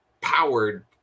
powered